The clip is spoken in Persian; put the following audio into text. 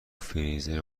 فریزر